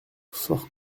fort